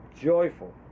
joyful